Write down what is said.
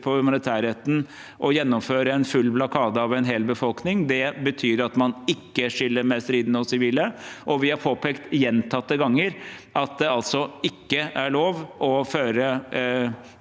på humanitærretten å gjennomføre en full blokade av en hel befolkning. Det betyr at man ikke skiller mellom stridende og sivile. Vi har påpekt gjentatte ganger at det altså ikke er lov å føre